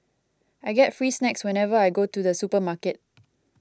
I get free snacks whenever I go to the supermarket